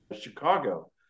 chicago